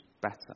better